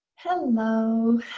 Hello